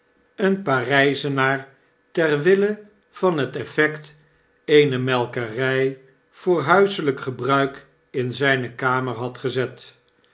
een pargzenaar ter wille van het effect eene melkerij voor huiselijk gebruik in zijne kamer had gezet